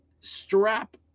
strap